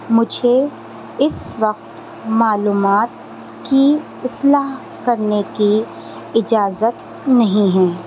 مجھے اس وقت معلومات کی اصلاح کرنے کی اجازت نہیں ہیں